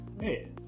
Hey